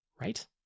Right